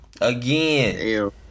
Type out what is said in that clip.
Again